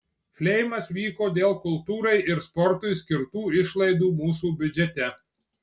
fleimas vyko dėl kultūrai ir sportui skirtų išlaidų mūsų biudžete